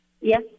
Yes